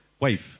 wife